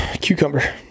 cucumber